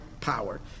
power